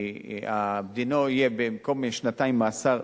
דינו יהיה במקום שנתיים מאסר,